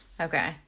Okay